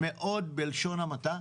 מאוד בלשון המעטה,